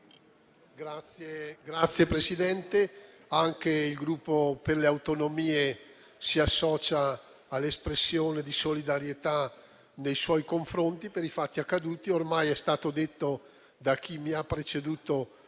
Signor Presidente, anche il Gruppo per le Autonomie si associa all'espressione di solidarietà nei suoi confronti per i fatti accaduti. Ormai chi mi ha preceduto